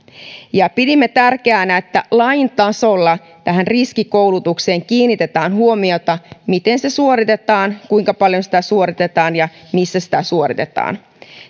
pidimme tärkeänä että lain tasolla tähän riskikoulutukseen kiinnitetään huomiota miten se suoritetaan kuinka paljon sitä suoritetaan ja missä sitä suoritetaan